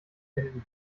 can